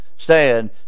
Stand